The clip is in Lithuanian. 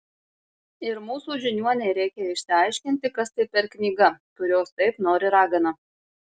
ir mūsų žiniuonei reikia išsiaiškinti kas tai per knyga kurios taip nori ragana